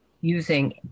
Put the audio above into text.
using